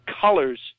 colors